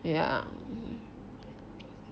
ya